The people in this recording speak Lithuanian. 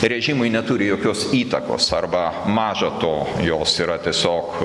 režimui neturi jokios įtakos arba maža to jos yra tiesiog